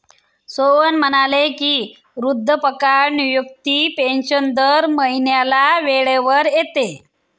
सोहन म्हणाले की, वृद्धापकाळ निवृत्ती पेन्शन दर महिन्याला वेळेवर येते